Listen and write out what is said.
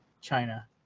China